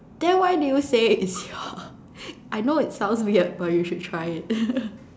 then why do you say it's I know it's weird but you should try it